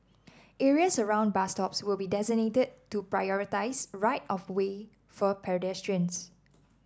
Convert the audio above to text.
areas around bus stops will be designated to prioritise right of way for pedestrians